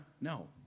No